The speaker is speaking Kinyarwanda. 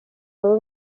baba